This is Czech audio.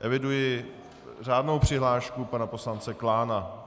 Eviduji řádnou přihlášku pana poslance Klána.